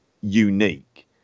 unique